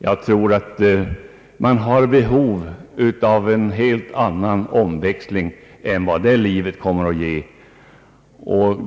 Jag tror att man har behov av en helt annan omväxling än vad det livet skulle ge.